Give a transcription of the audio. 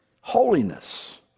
holiness